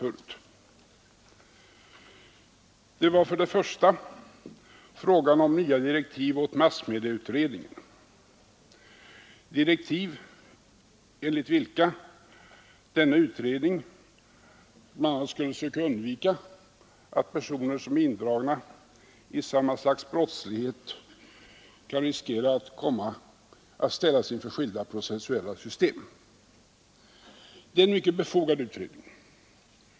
Först var det fråga om nya direktiv åt massmedieutredningen, direktiv enligt vilka denna utredning bl.a. skulle söka finna medel att undvika att personer som är indragna i samma slags brottslighet kan riskera att ställas inför skilda processuella system. Det är en mycket befogad utredning.